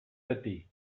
beti